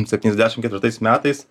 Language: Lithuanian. septyniasdešim ketvirtais metais